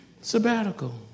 Sabbatical